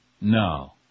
No